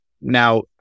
Now